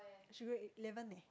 she went eleven leh